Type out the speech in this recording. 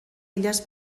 illes